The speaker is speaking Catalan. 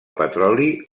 petroli